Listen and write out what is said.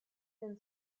been